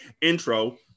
intro